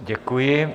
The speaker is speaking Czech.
Děkuji.